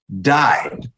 died